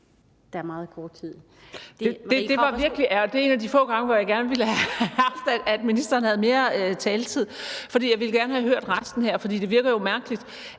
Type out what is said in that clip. Kl. 17:17 Marie Krarup (DF): Det er en af de få gange, hvor jeg virkelig gerne ville have haft, at ministeren havde mere taletid. Jeg ville gerne have hørt resten her, for det virker jo mærkeligt,